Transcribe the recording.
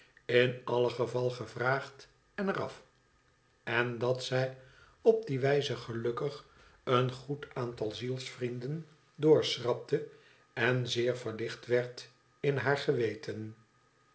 in alle geval gevraagd en er af en dat zij op die wijze gelukkig een goed aantal zielsvrienden doorschrapte en zeer verlicht werd in haar geweten